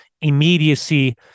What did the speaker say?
immediacy